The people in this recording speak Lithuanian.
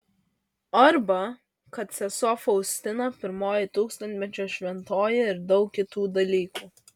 arba kad sesuo faustina pirmoji tūkstantmečio šventoji ir daug kitų dalykų